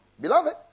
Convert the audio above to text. Beloved